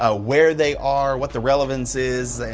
ah where they are, what the relevance is,